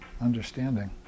understanding